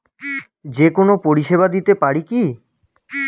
যে কোনো পরিষেবা দিতে পারি কি?